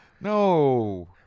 No